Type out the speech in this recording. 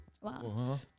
Wow